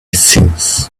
since